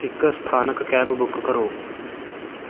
ਇੱਕ ਸਥਾਨਕ cab book ਕਰੋ